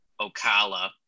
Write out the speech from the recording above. Ocala